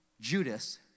Judas